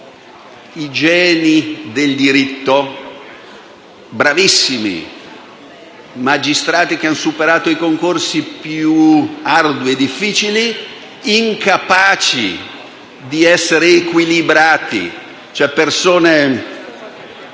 geni del diritto, bravissimi, che hanno superato i concorsi più ardui e difficili, ma incapaci di essere equilibrati,